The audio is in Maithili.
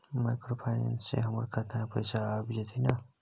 माइक्रोफाइनेंस से हमारा खाता में पैसा आबय जेतै न?